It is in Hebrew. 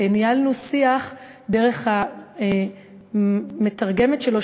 ניהלנו שיח דרך המתרגמת שלו,